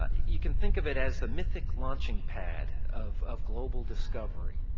ah you can think of it as the mythic launching pad of of global discovery.